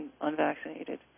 unvaccinated